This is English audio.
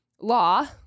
law